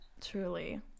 Truly